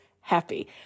happy